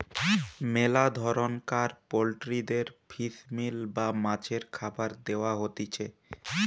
মেলা ধরণকার পোল্ট্রিদের ফিশ মিল বা মাছের খাবার দেয়া হতিছে